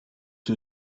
two